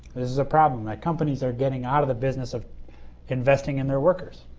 this is a problem. companies are getting out of the business of investing in their workers.